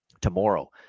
tomorrow